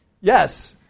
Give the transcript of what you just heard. Yes